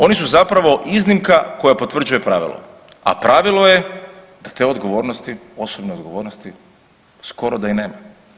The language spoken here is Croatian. Oni su zapravo iznimka koja potvrđuje pravilo, a pravilo je da te odgovornosti, osobne odgovornosti skoro da i nema.